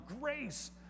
grace